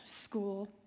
school